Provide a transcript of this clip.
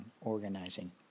Organizing